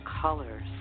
colors